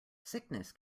sickness